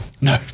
No